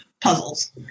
puzzles